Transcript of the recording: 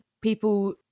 people